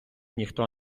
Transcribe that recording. ніхто